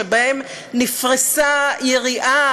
שבהן נפרסה יריעה